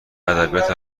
ادبیات